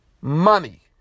money